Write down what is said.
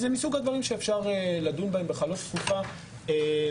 זה מסוג הדברים שאפשר לדון בהם בחלוף תקופה בצורה